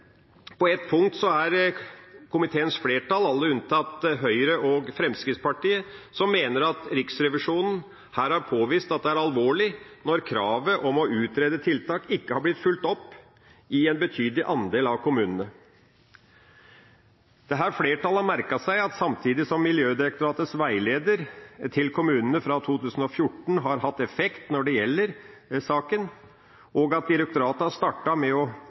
på et punkt mener komiteens flertall, alle unntatt Høyre og Fremskrittspartiet, at Riksrevisjonen her har påvist at det er alvorlig når kravet om å utrede tiltak ikke har blitt fulgt opp i en betydelig andel av kommunene. Dette flertallet har merket seg at samtidig som Miljødirektoratets veileder til kommunene fra 2014 har hatt effekt når det gjelder saken, og at direktoratet har startet med å